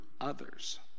others